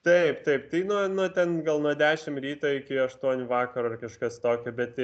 taip taip tai nu nu ten gal nuo dešimt ryto iki aštuonių vakaro ar kažkas tokio bet